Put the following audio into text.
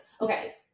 okay